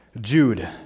Jude